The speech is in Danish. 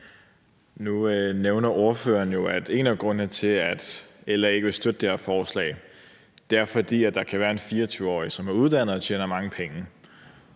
Nu nævner ordføreren, at en af grundene til, at LA ikke vil støtte det her forslag, er, at der kan være en 24-årig, som er uddannet og tjener mange penge.